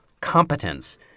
competence